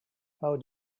how